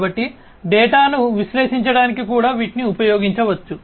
కాబట్టి డేటాను విశ్లేషించడానికి కూడా వీటిని ఉపయోగించవచ్చు